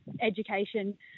education